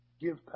give